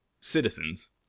citizens